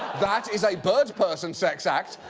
that is a bird person sex act.